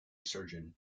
surgeon